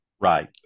Right